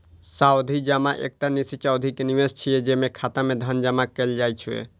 सावधि जमा एकटा निश्चित अवधि के निवेश छियै, जेमे खाता मे धन जमा कैल जाइ छै